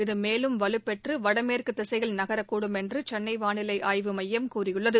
இது மேலும் வலுபெற்று வடமேற்கு திசையில் நனக்கடும் என்று சென்னை வானிஎல ஆய்வுமயம் தெரிவித்துள்ளது